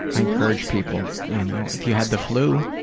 i encourage people, you know. if you had the flu,